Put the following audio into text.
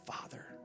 father